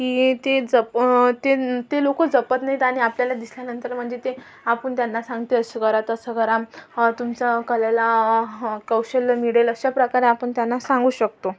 की ते जप ते ते लोक जपत नाहीत आणि आपल्याला दिसल्यानंतर म्हणजे ते आपण त्यांना सांगतो असं करा तसं करा तुमचं कलेला कौशल्य मिळेल अशाप्रकारे आपण त्यांना सांगू शकतो